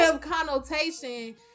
connotation